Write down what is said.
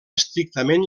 estrictament